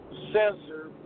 sensor